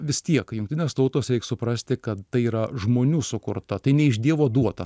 vis tiek jungtinės tautos reik suprasti kad tai yra žmonių sukurta tai ne iš dievo duota